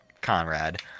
Conrad